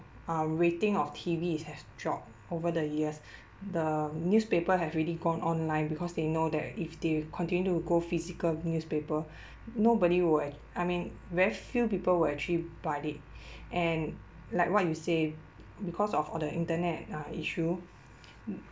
uh rating of T_V it has dropped over the years the newspaper have already gone online because they know that if they continue to go physical newspaper nobody would ac~ I mean very few people will actually buy it and like what you say because of all the internet uh issue